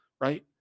right